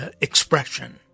expression